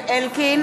אינו נוכח דוד